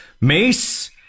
Mace